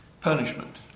punishment